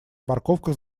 парковках